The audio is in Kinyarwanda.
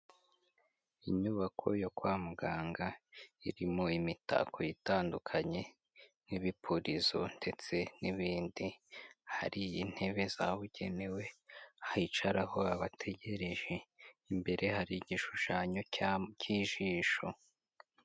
Inyubako yo kwa muganga irimo imitako itandukanye nk'ibipurizo ndetse n'ibindi, hari intebe zabugenewe hicaraho abategereje, imbere hari igishushanyo cy'ijisho.